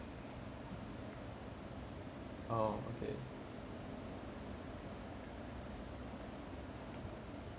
oh okay